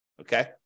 Okay